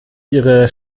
ihre